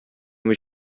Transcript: mich